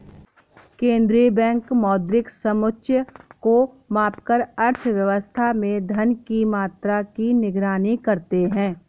केंद्रीय बैंक मौद्रिक समुच्चय को मापकर अर्थव्यवस्था में धन की मात्रा की निगरानी करते हैं